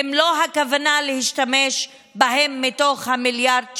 אין כוונה להשתמש בהם מתוך ה-1.75 מיליארד.